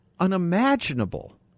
unimaginable